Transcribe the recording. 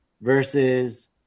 versus